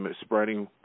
spreading